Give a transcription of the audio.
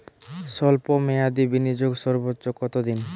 স্বল্প মেয়াদি বিনিয়োগ সর্বোচ্চ কত দিন?